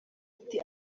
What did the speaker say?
ati